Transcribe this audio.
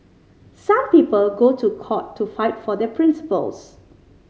some people go to court to fight for their principles